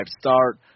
start